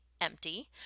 empty